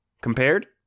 compared